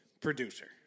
producer